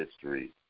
history